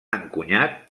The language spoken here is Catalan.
encunyat